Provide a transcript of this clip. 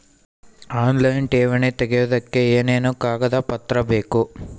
Online ಠೇವಣಿ ತೆಗಿಯೋದಕ್ಕೆ ಏನೇನು ಕಾಗದಪತ್ರ ಬೇಕು?